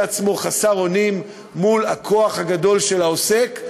עצמו חסר אונים מול הכוח הגדול של העוסק,